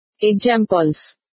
Examples